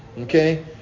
Okay